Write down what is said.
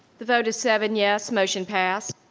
the vote is seven yes, motion pass.